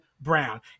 Brown